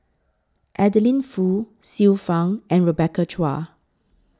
Adeline Foo Xiu Fang and Rebecca Chua